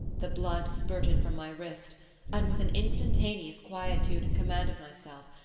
the blood spurted from my wrist and with an instantaneous quietude and command of myself,